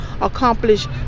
accomplish